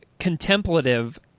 contemplative